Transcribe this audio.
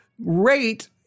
rate